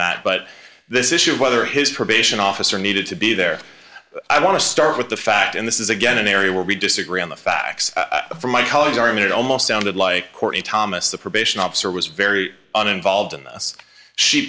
that but this issue of whether his probation officer needed to be there i want to start with the fact and this is again an area where we disagree on the facts for my colleagues are i mean it almost sounded like courtney thomas the probation officer was very an involved